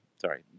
sorry